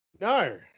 No